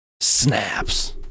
snaps